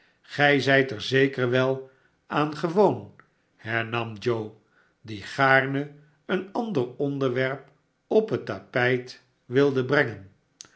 gij zijt er zeker wel aan gewoon hernam joe die gaarne een ander onderwerp op het tapijt wilde brengen